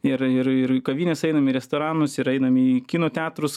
ir ir ir į kavines einam į restoranus ir einam į kino teatrus